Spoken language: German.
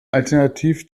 alternativ